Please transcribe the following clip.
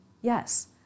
Yes